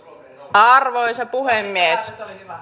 arvoisa puhemies